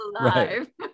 Right